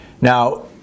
Now